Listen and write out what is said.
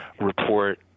report